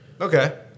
okay